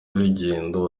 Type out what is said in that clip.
y’urugendo